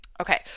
Okay